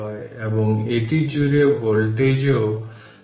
সুতরাং এটি 4 মাইক্রোফ্যারাড হয়ে যাবে